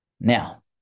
Now